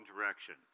direction